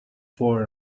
for